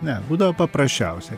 ne būdavo paprasčiausia